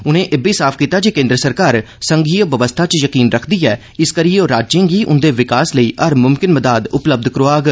उनें इब्बी साफ कीता जे केन्द्र सरकार संघीय बवस्था च यकीन रक्खदी ऐ इसकरियै ओह राज्ये गी उंदे विकास लेई हर मुमकन मदाद उपलब्ध करोआग